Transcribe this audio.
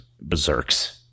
berserks